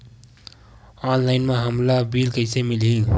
Online म हमला bill कइसे मिलही?